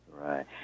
Right